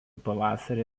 pavasarį